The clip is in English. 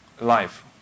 life